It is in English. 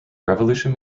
revolution